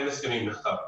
אין הסכמים בכתב,